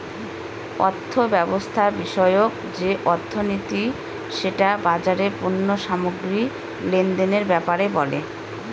অর্থব্যবস্থা বিষয়ক যে অর্থনীতি সেটা বাজারের পণ্য সামগ্রী লেনদেনের ব্যাপারে বলে